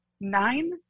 Nine